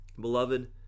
Beloved